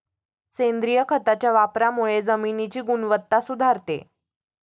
सेंद्रिय खताच्या वापरामुळे जमिनीची गुणवत्ता सुधारते